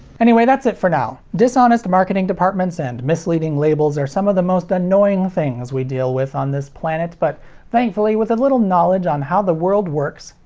anyway, that's it for now. dishonest marketing departments and misleading labels are some of the most annoying things we deal with on this planet, but thankfully, with a little knowledge on how the world works,